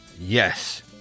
yes